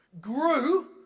grew